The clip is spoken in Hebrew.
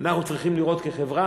אנחנו כחברה